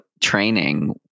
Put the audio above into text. training